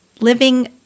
living